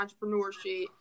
entrepreneurship